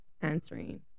answering